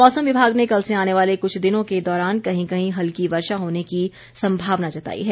मौसम विभाग ने कल से आने वाले कुछ दिनों के दौरान कहीं कहीं हल्की वर्षा होने की संभावना जताई है